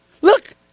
Look